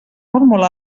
uns